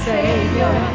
Savior